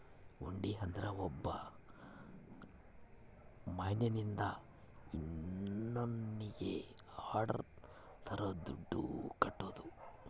ಹುಂಡಿ ಅಂದ್ರ ಒಬ್ಬ ಮನ್ಶ್ಯನಿಂದ ಇನ್ನೋನ್ನಿಗೆ ಆರ್ಡರ್ ತರ ದುಡ್ಡು ಕಟ್ಟೋದು